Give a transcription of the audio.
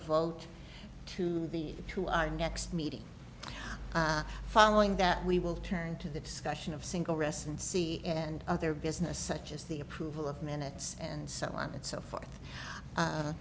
vault to the to our next meeting following that we will turn to the discussion of single rest and see and other business such as the approval of minutes and so on and so forth